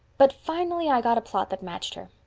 but finally i got a plot that matched her.